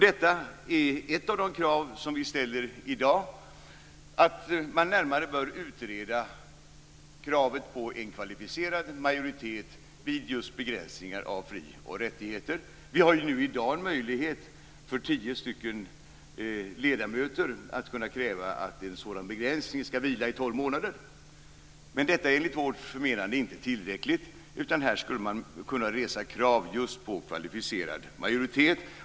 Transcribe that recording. Ett av de krav som vi ställer i dag är att man närmare bör utreda kravet på en kvalificerad majoritet vid just begränsningar av fri och rättigheter. I dag har vi en möjlighet för tio ledamöter att kräva att en sådan begränsning skall vila i tolv månader. Men detta är enligt vårt förmenande inte tillräckligt. Här skulle man kunna resa krav just på kvalificerad majoritet.